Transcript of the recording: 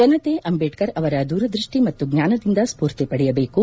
ಜನತೆ ಅಂಬೇಡ್ಕರ್ ಅವರ ದೂರದೃಷ್ಟಿ ಮತ್ತು ಜ್ಞಾನದಿಂದ ಸ್ಕೂರ್ತಿ ಪಡೆಯಬೇಕು